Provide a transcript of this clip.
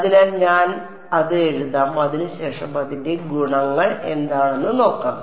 അതിനാൽ ഞാൻ അത് എഴുതാം അതിനുശേഷം അതിന്റെ ഗുണങ്ങൾ എന്താണെന്ന് നോക്കാം